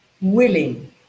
willing